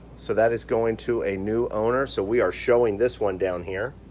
so that is going to a new owner, so we are showing this one down here.